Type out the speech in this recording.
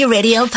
Radio